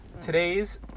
Today's